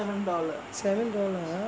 seven dollar uh